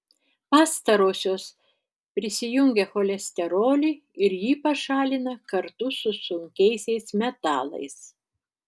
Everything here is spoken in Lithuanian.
pastarosios prisijungia cholesterolį ir jį pašalina kartu su sunkiaisiais metalais